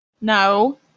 No